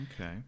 Okay